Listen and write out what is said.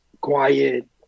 quiet